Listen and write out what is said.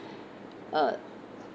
uh